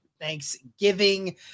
Thanksgiving